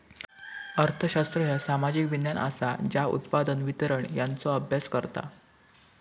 अर्थशास्त्र ह्या सामाजिक विज्ञान असा ज्या उत्पादन, वितरण यांचो अभ्यास करता